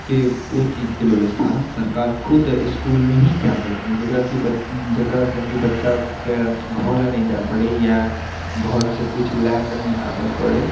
के ओ चीजकेँ व्यवस्था सरकार खुद इसकुलमे ही कए देलकै जकरा कि जकरा कन कि बच्चाकेँ घरऽ नहि जाइत पड़ैए घरसँ किछु लए कऽ नहि आबय पड़ै